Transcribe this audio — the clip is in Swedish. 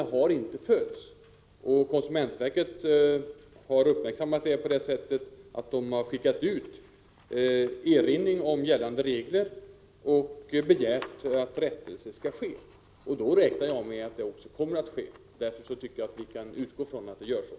Konsumentverket har med anledning härav skickat ut en erinran om gällande regler och begärt att rättelse skall ske. Jag räknar med att så också kommer att bli fallet, och jag tycker att vi kan utgå från att det skall bli så.